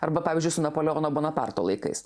arba pavyzdžiui su napoleono bonaparto laikais